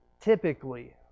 Typically